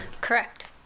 Correct